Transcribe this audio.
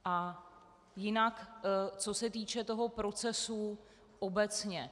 A jinak co se týče toho procesu obecně.